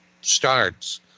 starts